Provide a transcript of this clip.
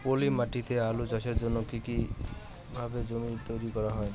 পলি মাটি তে আলু চাষের জন্যে কি কিভাবে জমি তৈরি করতে হয়?